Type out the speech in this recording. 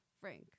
Frank